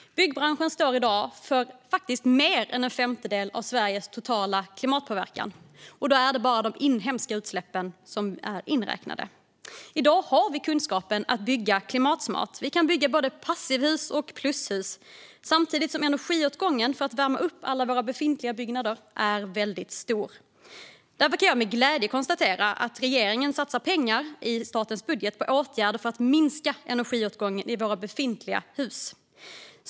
Byggbranschen står i dag faktiskt för mer än en femtedel av Sveriges totala klimatpåverkan, och då är det bara de inhemska utsläppen som är inräknade. I dag har vi kunskapen att bygga klimatsmart. Vi kan bygga både passivhus och plushus, samtidigt som energiåtgången för att värma upp alla våra befintliga byggnader är väldigt stor. Därför kan jag med glädje konstatera att regeringen i statens budget satsar pengar på åtgärder för att minska energiåtgången i våra befintliga hus.